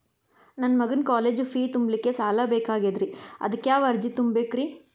ನನ್ನ ಮಗನ college fee ತುಂಬಲಿಕ್ಕೆ ಸಾಲ ಬೇಕಾಗೆದ್ರಿ ಅದಕ್ಯಾವ ಅರ್ಜಿ ತುಂಬೇಕ್ರಿ?